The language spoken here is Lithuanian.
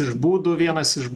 iš būdų vienas iš